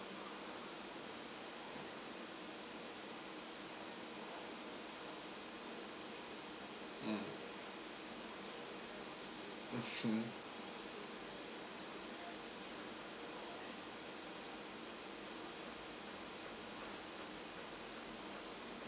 mm mmhmm